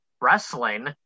wrestling